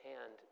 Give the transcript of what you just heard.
hand